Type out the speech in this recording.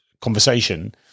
conversation